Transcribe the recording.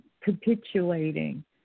capitulating